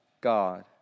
God